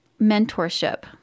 mentorship